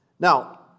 Now